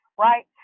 right